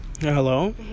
Hello